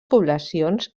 poblacions